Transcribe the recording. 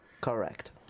Correct